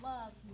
Love